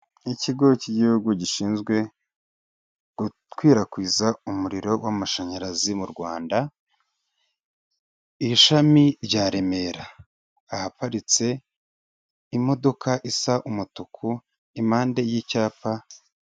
Ikigo cy'igihugu gishinzwe gukwirakwiza umuriro w'amashanyarazi mu Rwanda, ishami rya Remera, ahaparitse imodoka isa umutuku impande y'icyapa.